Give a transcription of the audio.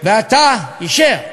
כבר אישר.